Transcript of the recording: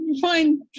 fine